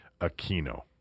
Aquino